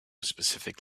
specific